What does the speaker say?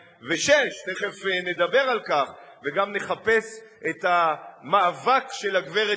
תיכף נדבר על כך וגם נחפש את המאבק של הגברת